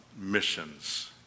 missions